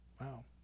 Wow